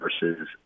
versus